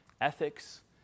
ethics